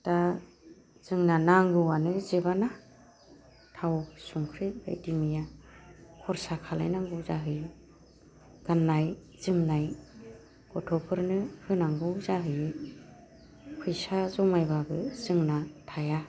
दा जोंना नांगौआनो जोबा ना थाव संख्रि बायदि मैया खरसा खालामनांगौ जाहैयो गान्नाय जोमनाय गथ'फोरनो होनांगौ जाहैयो फैसा जमायबाबो जोंना थाया